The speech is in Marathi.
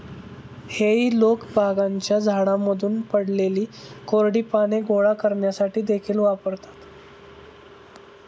हेई लोक बागांच्या झाडांमधून पडलेली कोरडी पाने गोळा करण्यासाठी देखील वापरतात